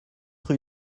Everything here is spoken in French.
rue